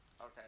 Okay